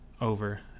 over